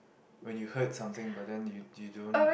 when you heard something but then you you don't